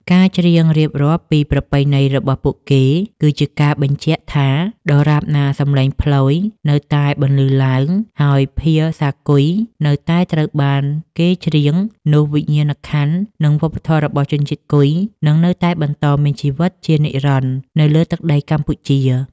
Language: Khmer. ការច្រៀងរៀបរាប់ពីប្រពៃណីរបស់ពួកគេ គឺជាការបញ្ជាក់ថា ដរាបណាសម្លេងផ្លយនៅតែបន្លឺឡើង ហើយភាសាគុយនៅតែត្រូវបានគេច្រៀង នោះវិញ្ញាណក្ខន្ធ និងវប្បធម៌របស់ជនជាតិគុយនឹងនៅតែបន្តមានជីវិតជានិរន្តរ៍នៅលើទឹកដីកម្ពុជា។